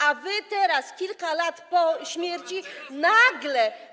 A wy teraz kilka lat po śmierci nagle.